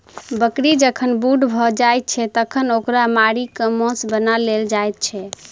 बकरी जखन बूढ़ भ जाइत छै तखन ओकरा मारि क मौस बना लेल जाइत छै